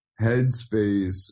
headspace